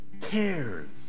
cares